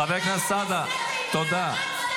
חבר הכנסת סעדה, תודה.